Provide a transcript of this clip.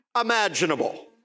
imaginable